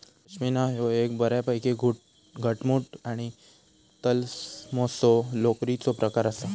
पश्मीना ह्यो एक बऱ्यापैकी घटमुट आणि तलमसो लोकरीचो प्रकार आसा